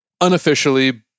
unofficially